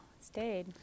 stayed